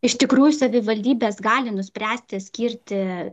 iš tikrų savivaldybės gali nuspręsti skirti